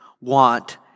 want